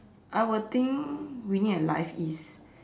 I will think winning at life is